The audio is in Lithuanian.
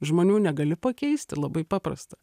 žmonių negali pakeisti labai paprasta